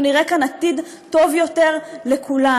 אנחנו נראה כאן עתיד טוב יותר לכולם.